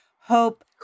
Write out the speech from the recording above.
hope